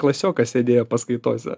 klasiokas sėdėjo paskaitose